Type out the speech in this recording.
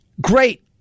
Great